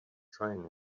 train